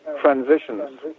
transitions